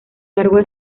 largo